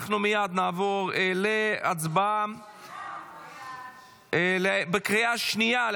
אנחנו נעבור להצבעה בקריאה השנייה על